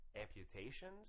amputations